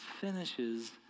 finishes